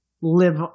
live